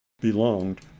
belonged